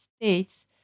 states